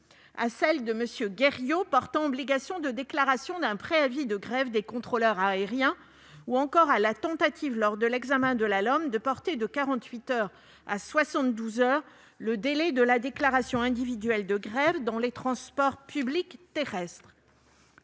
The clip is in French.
de loi de M. Guerriau portant obligation de déclaration d'un préavis de grève des contrôleurs aériens, ou encore à la tentative, lors de l'examen de la LOM, de porter de quarante-huit à soixante-douze heures le délai de la déclaration individuelle de grève dans les transports publics terrestres.